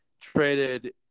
traded